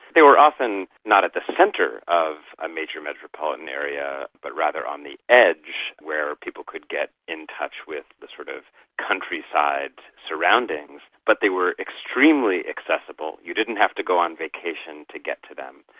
they were often not at the centre of a major metropolitan area but rather on the edge where people could get in touch with the sort of countryside surroundings, but they were extremely accessible. you didn't have to go on vacation to get to them.